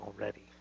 already